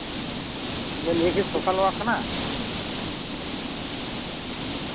ᱱᱤᱭᱟᱹ ᱠᱤ social work ᱠᱟᱱᱟ